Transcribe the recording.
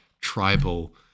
tribal